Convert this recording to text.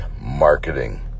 Marketing